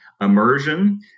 immersion